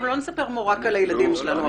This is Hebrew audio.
אנחנו לא נספר עכשיו מור"קים על הילדים שלנו.